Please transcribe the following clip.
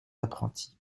apprentis